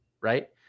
right